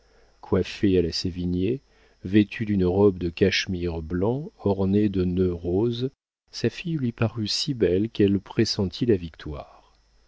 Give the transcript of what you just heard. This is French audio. coiffée à la sévigné vêtue d'une robe de cachemire blanc ornée de nœuds roses sa fille lui parut si belle qu'elle pressentit la victoire